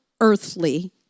earthly